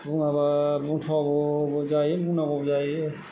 बुङाब्ला बुंथावाबो जायो बुङाब्लाबो जायो